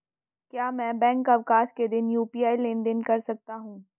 क्या मैं बैंक अवकाश के दिन यू.पी.आई लेनदेन कर सकता हूँ?